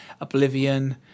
Oblivion